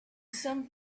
some